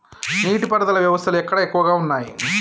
నీటి పారుదల వ్యవస్థలు ఎక్కడ ఎక్కువగా ఉన్నాయి?